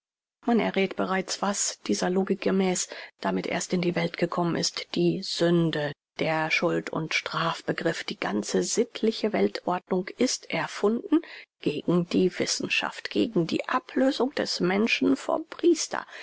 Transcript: man erräth bereits was dieser logik gemäß damit erst in die welt gekommen ist die sünde der schuld und strafbegriff die ganze sittliche weltordnung ist erfunden gegen die wissenschaft gegen die ablösung des menschen vom priester